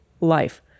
life